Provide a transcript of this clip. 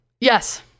Yes